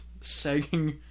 sagging